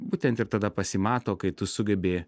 būtent ir tada pasimato kai tu sugebi